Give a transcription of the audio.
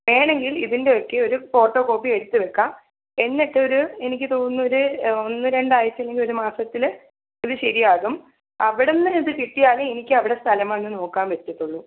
വേണമെങ്കിൽ ഇതിൻ്റെ ഒക്കെ ഒരു ഫോട്ടോ കോപ്പി എടുത്ത് വെക്കാം എന്നിട്ടൊരു എനിക്ക് തോന്നുന്നൊരു ഒന്ന് രണ്ട് ആഴ്ച്ച അല്ലെങ്കിൽ ഒരു മാസത്തിൽ ഇത് ശരിയാകും അവിടുന്ന് ഇത് കിട്ടിയാലെ എനിക്കവിടെ സ്ഥലം വന്ന് നോക്കാൻ പറ്റത്തുള്ളു